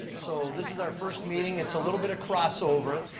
so this is our first meeting. it's a little bit of crossover.